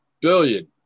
billion